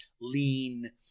lean